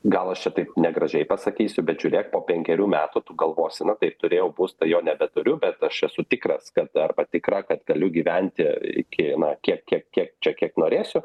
gal aš čia taip negražiai pasakysiu bet žiūrėk po penkerių metų tu galvosi na taip turėjau būstą jo nebeturiu bet aš esu tikras kad arba tikra kad galiu gyventi iki na kiek kiek kiek čia kiek norėsiu